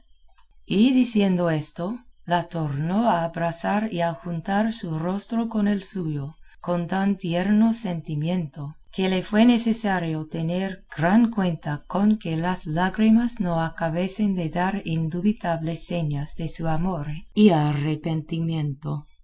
y diciendo esto la tornó a abrazar y a juntar su rostro con el suyo con tan tierno sentimiento que le fue necesario tener gran cuenta con que las lágrimas no acabasen de dar indubitables señas de su amor y arrepentimiento